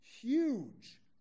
Huge